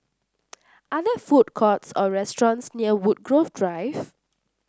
are there food courts or restaurants near Woodgrove Drive